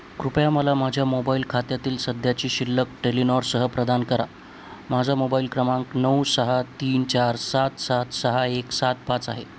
कृपया मला माझ्या मोबाईल खात्यातील सध्याची शिल्लक टेलिनॉरसह प्रदान करा माझा मोबाईल क्रमांक नऊ सहा तीन चार सात सात सहा एक सात पाच आहे